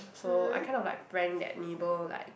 so I kind of like prank that neighbour like